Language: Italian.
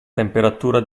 temperatura